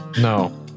No